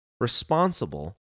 responsible